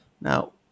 Now